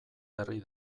berri